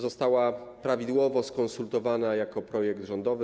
Została prawidłowo skonsultowana jako projekt rządowy.